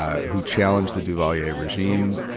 ah who challenged the duvalier regime,